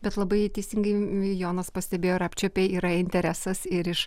bet labai teisingai jonas pastebėjo ir apčiuopė yra interesas ir iš